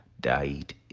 died